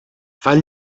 fan